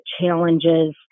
challenges